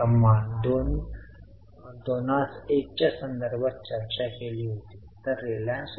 तर याला अंतरिम म्हणतात म्हणजेच ते घोषित केले जाते आणि दिले जाते